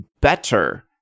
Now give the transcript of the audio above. better